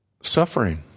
suffering